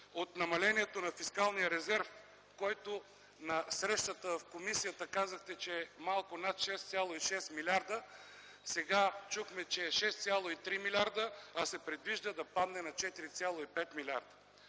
от намалението на фискалния резерв, който на срещата в комисията казахте, че е малко над 6,6 млрд. лв., сега чухме, че е 6,3 милиарда, а се предвижда да падне на 4,5 млрд.